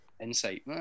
insight